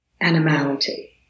animality